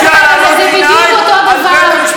שהתנצל על זה כבר מאתיים פעם,